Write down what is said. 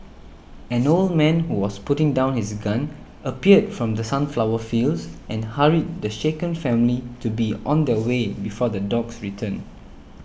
an old man who was putting down his gun appeared from the sunflower fields and hurried the shaken family to be on their way before the dogs return